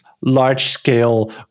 large-scale